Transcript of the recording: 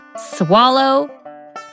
swallow